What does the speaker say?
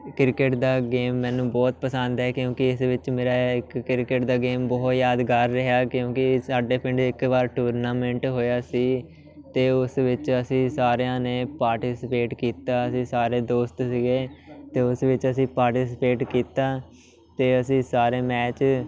cricket ਦਾ game ਮੈਨੂੰ ਬਹੁਤ ਪਸੰਦ ਹੈ ਕਿਉਂਕਿ ਇਸ ਵਿੱਚ ਮੇਰਾ ਇੱਕ ਕ੍ਰਿਕਟ ਦਾ ਗੇਮ ਬਹੁਤ ਯਾਦਗਾਰ ਰਿਹਾ ਕਿਉਂਕਿ ਸਾਡੇ ਪਿੰਡ ਇੱਕ ਵਾਰ ਟੂਰਨਾਮੈਂਟ ਹੋਇਆ ਸੀ ਅਤੇ ਉਸ ਵਿੱਚ ਅਸੀਂ ਸਾਰਿਆਂ ਨੇ ਪਾਰਟੀਸਪੇਟ ਕੀਤਾ ਅਸੀਂ ਸਾਰੇ ਦੋਸਤ ਸੀਗੇ ਅਤੇ ਉਸ ਵਿੱਚ ਅਸੀਂ ਪਾਰਟੀਸਪੇਟ ਕੀਤਾ ਅਤੇ ਅਸੀਂ ਸਾਰੇ ਮੈਚ